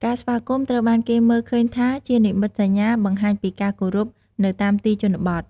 ការស្វាគមន៍ ត្រូវបានគេមើលឃើញថាជានិមិត្តសញ្ញាបង្ហាញពីការគោរពនៅតាមទីជនបទ។